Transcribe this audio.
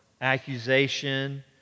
accusation